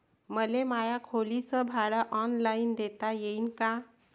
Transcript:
मले माया खोलीच भाड ऑनलाईन देता येईन का?